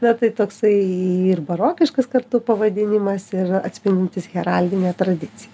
na tai toksai ir barokiškas kartu pavadinimas ir atspindintis heraldinę tradiciją